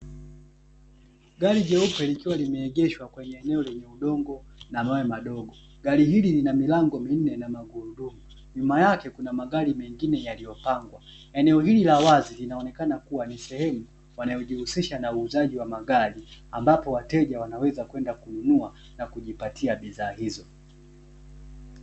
Gari jeupe likiwa limeegeshwa kwenye eneo lenye udongo na mawe madogo, gari hili lina milango minne na magurudumu. Nyuma yake kuna magari mengine yaliyopangwa. Eneo hili la wazi linaonekana kuwa ni sehemu wanaojihusisha na uuzaji wa magari, ambapo wateja wanaweza kwenda kununua na kujipatia bidhaa hizo.